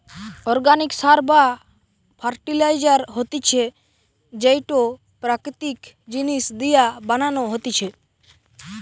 organic সার বা fertiliser হতিছে যেইটো প্রাকৃতিক জিনিস দিয়া বানানো হতিছে